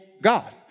God